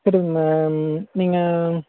sir உங்கள் நீங்கள்